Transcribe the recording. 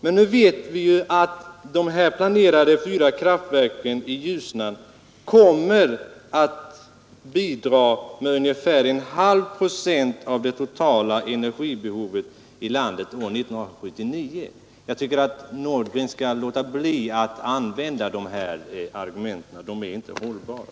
Men nu vet vi ju att de planerade fyra kraftverken i Ljusnan kommer att bidra med ungefär en halv procent av det totala energibehovet i landet år 1979. Jag tycker att herr Nordgren skall låta bli att använda dessa argument. De är inte hållbara.